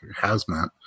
hazmat